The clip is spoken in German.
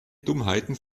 dummheiten